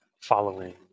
following